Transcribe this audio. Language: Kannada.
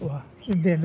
ವಾ ಇದೇನು